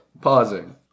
Pausing